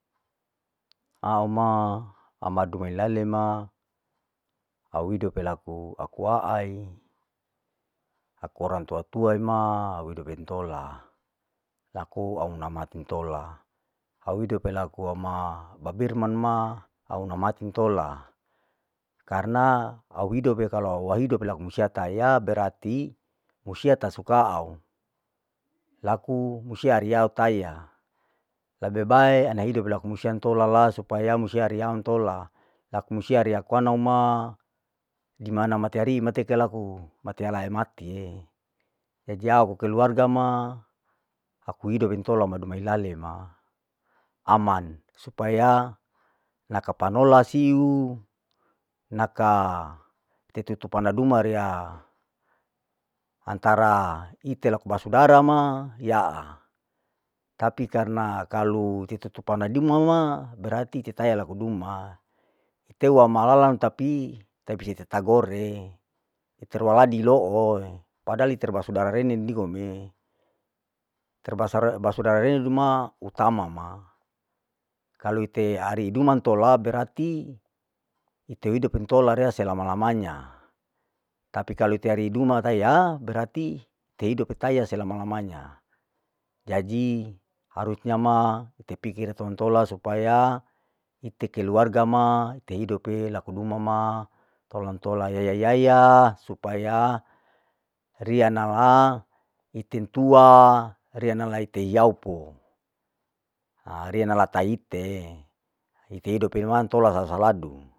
Au ma hamadu himailae ma ahidope laku aku aai, aku orang tua tua ima au ihidop intola, laku au na mati intola, au hidope laku ama babirman ma au namat intola, karna au hidope kalau wa hidop laku munsia tanya berarti musia ta suka au, lebe bae ana hidope musian tolala supaya musia riau intila, laku musia riya kuanau ma, dimana matea ri mateka laku, matea lae matie, ni jamin ku keluarga ma aku hidu intola madu mahilale ma, aman supaya naka panola siu, naka tetetu panar duma rea, antara ite laku basudara ma iya, tapi karna kalu titutu pana dima ma, berarti keteya laku duma, ite hua malala tapi taibisa tagore, iter lua ladi ilooi, padahal iter basudara rene nikome, terbasara basudara rene ma utama ma, kalu ite ari du intola berarti ite hidopintola re selama lamanya, tapi kalu ite ari duma reya berarti ite hidop tanya selama lamanya, jadi harus nama iter pikir intola supaya iter keluarga ma iter hidope laku duma ma tolan tola yayaya supaya rianala iter tua riya nala iter hiyau po, ha riya nala taite ite hidope mantola sasaladu.